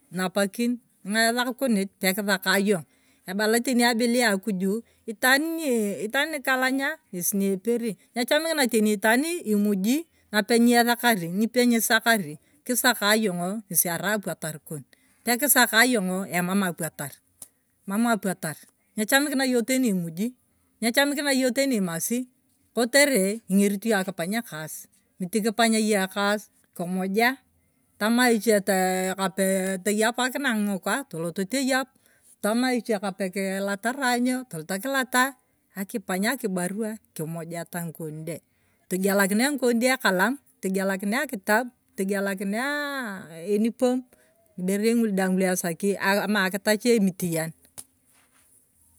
Napokin ng'aesakunit pe kisaka yong' ebala teni abilia akuju itaan nii itaan nikalanu ng'esi nyepepi nyechamikina teni itaani imuji napenyesakari nipenyesakari. kiraka yong'o ng'esi arai apwatar kon pe kiraka yong'o emama apwatari mam apwatar nyechamikina yong teni imuji. nyechamikina yona ekasi kumuja tama ichie tee kapee teyepakihai ng'ikwaa tolot toyep tama ichie kapee kilatarai ny'o tolot kilata akipang akibaruwa kimujeta ng'ikon de togelakinia ng'ikon de ekalam. togelekinia akitab. togelakinia aaa enipom ng'iberei ng'ulu daang lu esaki ama akitach emutiam sh sh shs sh.